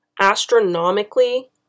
astronomically